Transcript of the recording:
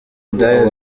indaya